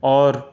اور